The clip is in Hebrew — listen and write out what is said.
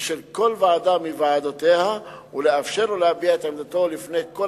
ושל כל ועדה מוועדותיה ולאפשר לו להביע את עמדתו לפני כל